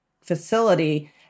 facility